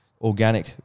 organic